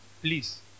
Please